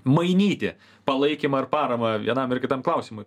mainyti palaikymą ar paramą vienam ar kitam klausimui